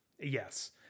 Yes